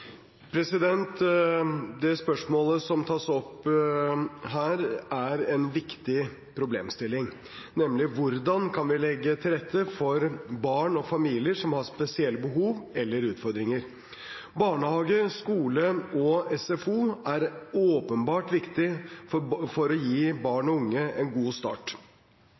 en viktig problemstilling, nemlig hvordan vi kan legge til rette for barn og familier som har spesielle behov eller utfordringer. Barnehage, skole og SFO er åpenbart viktig for å gi barn og unge en god start.